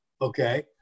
Okay